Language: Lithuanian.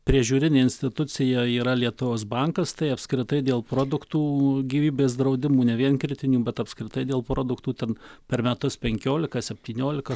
priežiūrinė institucija yra lietuvos bankas tai apskritai dėl produktų gyvybės draudimo ne vien kritinių bet apskritai dėl produktų ten per metus penkiolika septyniolika